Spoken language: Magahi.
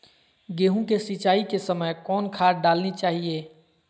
गेंहू के सिंचाई के समय कौन खाद डालनी चाइये?